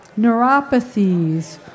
neuropathies